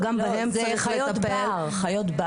וגם בהם צריך --- אלה חיות בר.